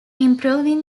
improving